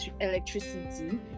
electricity